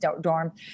dorm